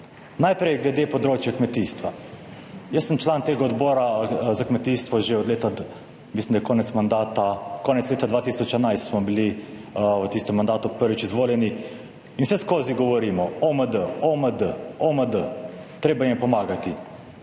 Najprej glede področja kmetijstva. Sam sem član Odbora za kmetijstvo že od leta, mislim, da je bil konec mandata, konec leta 2011, ko smo bili v tistem mandatu prvič izvoljeni. In vseskozi govorimo OMD, OMD, OMD, OMD, treba jim je pomagati.